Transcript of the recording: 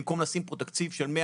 במקום לשים פה תקציב של 100,